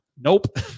Nope